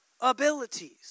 abilities